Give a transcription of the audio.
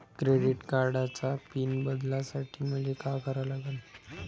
Credit कार्डाचा pin बदलासाठी मले का करा लागन?